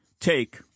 Take